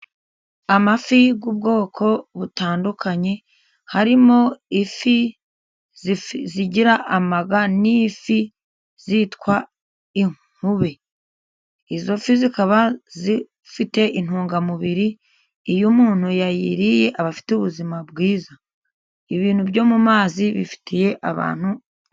Amafi y'ubwoko butandukanye harimo ifi zigira amaga, n'ifi zitwa inkube. izo fi zikaba zifite intungamubiri, iyo umuntu yayiriye aba afite ubuzima bwiza. Ibintu byo mu mazi bifitiye abantu..